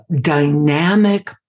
dynamic